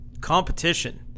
competition